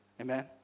Amen